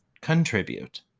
contribute